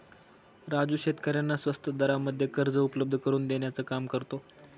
राजू शेतकऱ्यांना स्वस्त दरामध्ये कर्ज उपलब्ध करून देण्याचं काम करतो